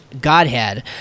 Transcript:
godhead